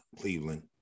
Cleveland